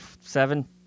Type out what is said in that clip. seven